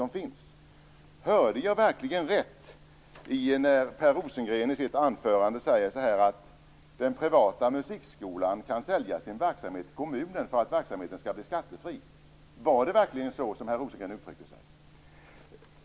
Hörde jag verkligen rätt när jag uppfattade det så att Per Rosengren i sitt anförande sade att den privata musikskolan kan sälja sin verksamhet till kommunen för att verksamheten skall bli skattefri? Var det verkligen så som Per Rosengren uttryckte sig?